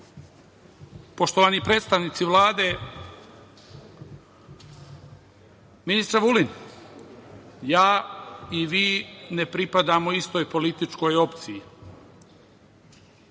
poštovani predstavnici Vlade, ministre Vulin ja i vi ne pripadamo istoj političkoj opciji.